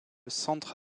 centre